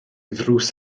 ddrws